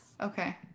Okay